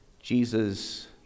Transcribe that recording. Jesus